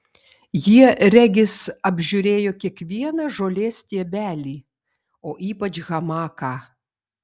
jie regis apžiūrėjo kiekvieną žolės stiebelį o ypač hamaką